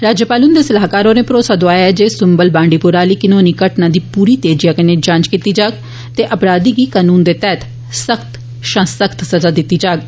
governor हुंदे सलाहकार होरे भरोसा दोआया ऐ जे सुंबल बांडीपोरा आली घिनौनी घटना दी पूरी तेजिया कन्नै जांच कीती जाग ते अपराधी गी कनून दे तैहत सख्त षा सख्त सजा दित्ती जाग